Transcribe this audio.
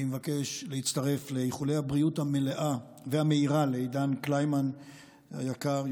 אני מבקש להצטרף לאיחולי הבריאות המלאה והמהירה לעידן קלימן היקר,